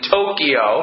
Tokyo